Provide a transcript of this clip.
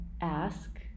ask